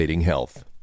health